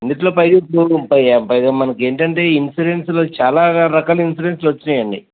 అందులో పైగా పైగా మనకేంటంటే ఈ ఇన్సూరెన్స్లో చాలా రకాల ఇన్సురెన్సులు వచ్చాయండి